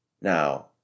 Now